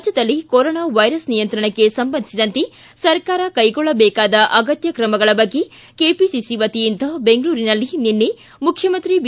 ರಾಜ್ಯದಲ್ಲಿ corona virus ನಿಯಂತ್ರಣಕ್ಕೆ ಸಂಬಂಧಿಸಿದಂತೆ ಸರ್ಕಾರ ಕೈಗೊಳ್ಳಬೇಕಾದ ಅಗತ್ತ ಕ್ರಮಗಳ ಬಗ್ಗೆ ಕೆಪಿಸಿಸಿ ವತಿಯಿಂದ ಬೆಂಗಳೂರಿನಲ್ಲಿ ನಿನ್ನೆ ಮುಖ್ಯಮಂತ್ರಿ ಬಿ